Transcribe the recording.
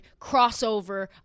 crossover